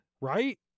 right